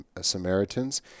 Samaritans